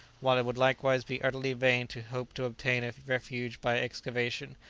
while it would likewise be utterly vain to hope to obtain a refuge by excavation,